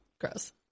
Gross